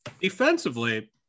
defensively